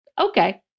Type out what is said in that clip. Okay